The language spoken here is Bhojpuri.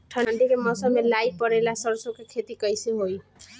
ठंडी के मौसम में लाई पड़े ला सरसो के खेती कइसे होई?